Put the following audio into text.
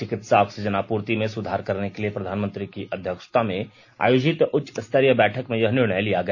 चिकित्सा ऑक्सीजन आपूर्ति में सुधार करने के लिए प्रधानमंत्री की अध्यक्षता में आयोजित उच्चस्तरीय बैठक में यह निर्णय लिया गया